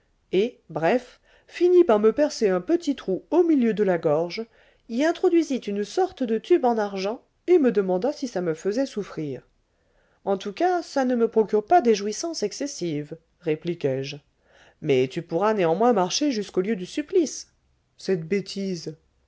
et bref finit par me percer un petit trou au milieu de la gorge y introduisit une sorte de tube en argent et me demanda si ça me faisait souffrir en tous cas ça ne me procure pas des jouissances excessives répliquai-je mais tu pourras néanmoins marcher jusqu'au lieu du supplice cette bêtise